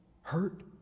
hurt